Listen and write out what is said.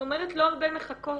את אומרת שלא הרבה מחכות,